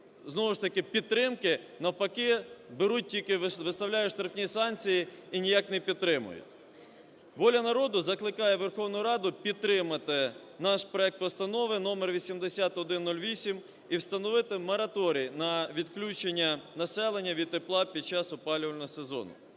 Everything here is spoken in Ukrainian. знову ж таки підтримки, навпаки беруть тільки виставляють штрафні санкції і ніяк не підтримують. "Воля народу" закликає Верховну Раду підтримати наш проект Постанови № 8108 і встановити мораторій на відключення населення від тепла під час опалювального сезону.